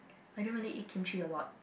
I don't really eat kimchi a lot